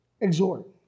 exhort